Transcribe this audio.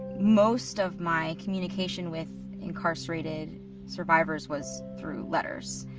most of my communication with incarcerated survivors was through letters.